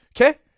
Okay